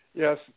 Yes